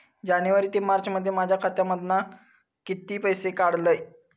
जानेवारी ते मार्चमध्ये माझ्या खात्यामधना किती पैसे काढलय?